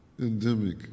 endemic